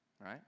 right